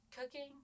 cooking